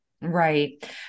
Right